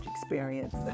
experience